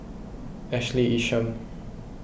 Ashley Isham